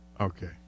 Okay